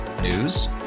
News